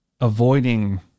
avoiding